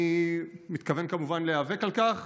אני מתכוון כמובן להיאבק על כך,